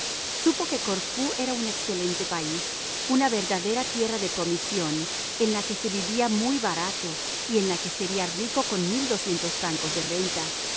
supo que corfú era un excelente país una verdadera tierra de promisión en la que se vivía muy barato y en la que sería rico con francos de renta